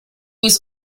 was